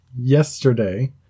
yesterday